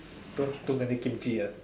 too too many Kimchi ah